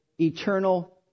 eternal